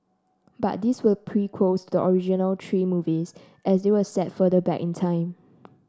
but these were prequels to the original three movies as they were set further back in time